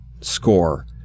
score